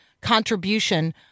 contribution